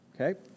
okay